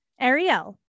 Ariel